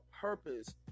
purpose